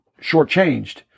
shortchanged